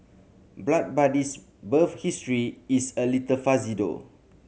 Blood Buddy's birth history is a little fuzzy though